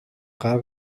غرق